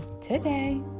today